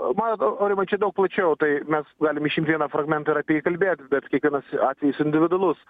matot aurimai čia daug plačiau tai mes galim išimt vieną fragmentą ir apie jį kalbėt bet kiekvienas atvejis individualus